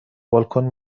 بالکن